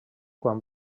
quan